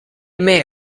may